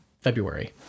February